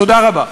תודה רבה.